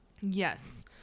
yes